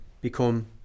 become